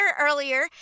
earlier